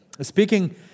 Speaking